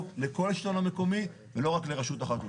לכל השלטון המקומי ולא רק לרשות אחת.